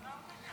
כן.